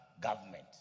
government